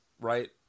right